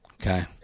Okay